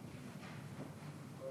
שלוש